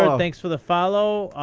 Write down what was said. um thanks for the follow.